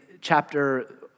chapter